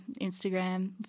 Instagram